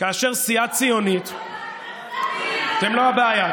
כאשר סיעה ציונית, אתם לא הבעיה.